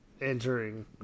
entering